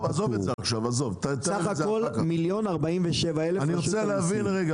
בסך הכול, 1,000,047. עזוב את זה עכשיו.